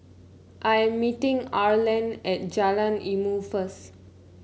I'm meeting Arland at Jalan Ilmu first